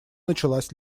началась